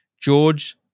George